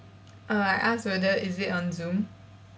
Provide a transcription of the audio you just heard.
err I ask whether is it on zoom